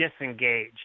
disengage